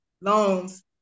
loans